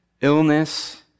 illness